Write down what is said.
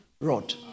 rod